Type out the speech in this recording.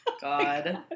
God